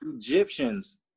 Egyptians